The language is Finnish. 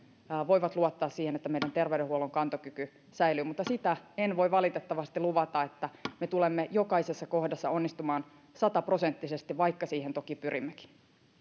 voivat luottaa siihen että meidän terveydenhuollon kantokyky säilyy mutta sitä en voi valitettavasti luvata että me tulemme jokaisessa kohdassa onnistumaan sataprosenttisesti vaikka siihen toki pyrimmekin